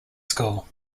school